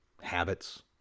habits